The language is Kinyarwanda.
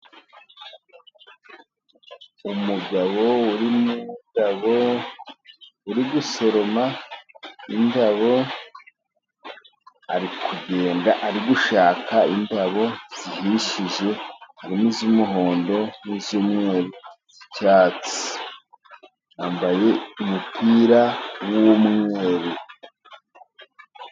Umugabo uri gusoroma indabo . Ari kugenda ari gushaka indabo zihishije harimo iz'umuhondo n'iz'umweru, n'izicyatsi yambaye umupira w'umweru.